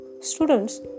Students